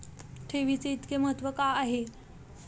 ठेवीचे इतके महत्व का आहे?